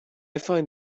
find